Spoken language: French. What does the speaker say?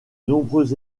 nombreux